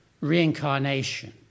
reincarnation